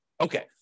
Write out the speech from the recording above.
Okay